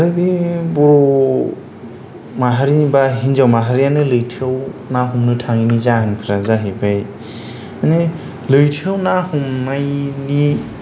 आरो बे बर' माहारिनिबा हिन्जाव माहारियानो लैथोआव ना हमनो थाङिनि जाहोनफोरा जाहैबाय बिनो लैथोआव ना हमनायनि